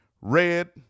red